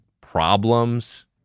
Problems